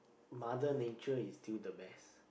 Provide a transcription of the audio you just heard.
mother nature is still the best